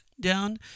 down